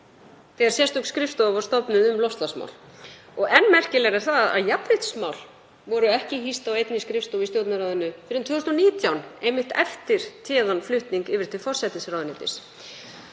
þegar sérstök skrifstofa var stofnuð um loftslagsmál. Og enn merkilegra er að jafnréttismál voru ekki hýst á einni skrifstofu í Stjórnarráðinu fyrr en 2019, einmitt eftir téðan flutning yfir til forsætisráðuneytis.